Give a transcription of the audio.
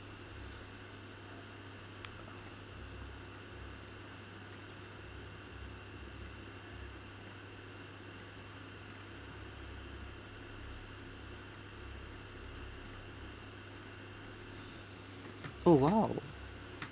oh !wow!